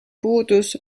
puudus